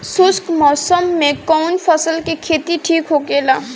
शुष्क मौसम में कउन फसल के खेती ठीक होखेला?